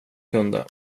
kunde